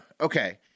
okay